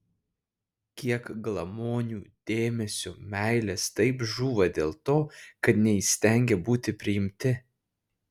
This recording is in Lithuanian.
kiek glamonių dėmesio meilės taip žūva dėl to kad neįstengė būti priimti